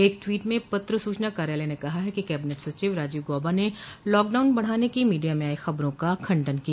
एक ट्वीट में पत्र सूचना कार्यालय ने कहा है कि कैबिनेट सचिव राजीव गॉबा ने लॉकडाउन बढाने की मीडिया में आई खबरों का खंडन किया